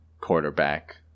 quarterback